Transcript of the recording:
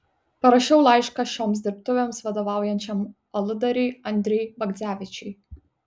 parašiau laišką šioms dirbtuvėms vadovaujančiam aludariui andriui bagdzevičiui